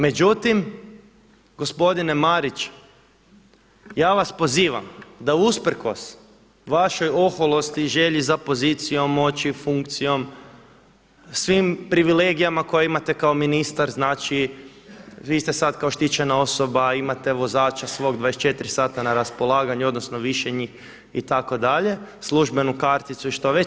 Međutim, gospodine Marić ja vas pozivam da usprkos vašoj oholosti i želji za pozicijom, moći, funkcijom, svim privilegijama koje imate kao ministar, znači vi ste sad kao štićena osoba, imate vozača svog 24 sata na raspolaganju, odnosno više njih itd., službenu karticu i što već.